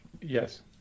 Yes